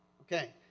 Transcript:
Okay